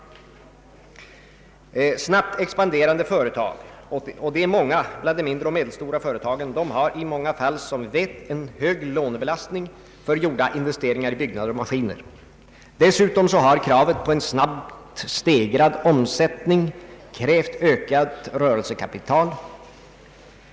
Snabbt expanderande företag — och de är åtskilliga bland de mindre och medelstora företagen — har i många fall, som vi vet, en hög lånebelastning för gjorda investeringar i byggnader och maskiner. Dessutom har kravet på en snabbt stegrad omsättning krävt ökat rörelsekapital.